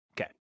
Okay